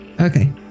Okay